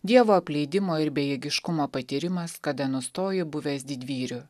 dievo apleidimo ir bejėgiškumo patyrimas kada nustoji buvęs didvyriu